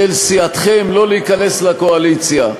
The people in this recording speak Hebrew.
לא להיכנס לקואליציה,